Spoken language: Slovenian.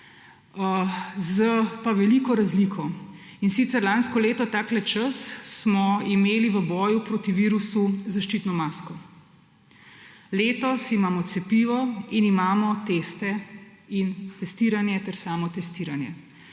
z veliko razliko, in sicer smo imeli lansko leto takšen čas v boju proti virusu zaščitno masko, letos imamo cepivo in imamo teste in testiranje ter samotestiranje